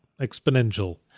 exponential